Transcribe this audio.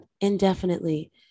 indefinitely